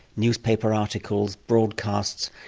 newspaper articles, broadcasts,